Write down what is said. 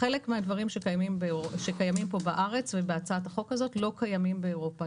חלק מהדברים שקיימים פה בארץ ובהצעת החוק הזו לא קיימים באירופה.